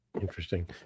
interesting